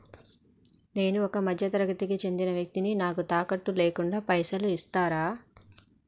నేను ఒక మధ్య తరగతి కి చెందిన వ్యక్తిని నాకు తాకట్టు లేకుండా పైసలు ఇస్తరా?